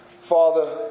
Father